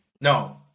No